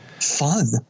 fun